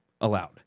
allowed